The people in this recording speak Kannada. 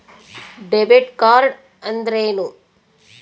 ಡೆಬಿಟ್ ಕಾರ್ಡ್ ಅಂದ್ರೇನು?